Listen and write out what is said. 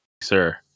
sir